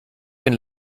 bin